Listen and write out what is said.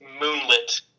moonlit